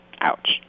Ouch